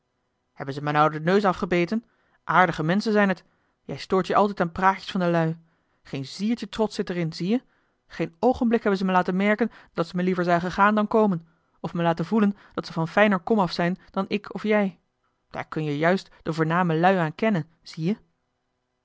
hebben ze mij nou den neus afgebeten aardige menschen zijn het jij stoort je altijd aan praatjes van de lui geen ziertje trots zit er in zie je geen oogenblik hebben ze me laten merken dat ze me liever zagen gaan dan komen of me laten voelen dat ze van fijner komaf zijn dan ik of jij daar kun je juist de voorname lui aan kennen zie je